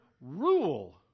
rule